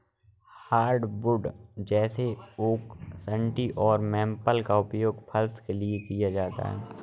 hardwood जैसे oak सन्टी और मेपल का उपयोग फर्श के लिए किया जाता है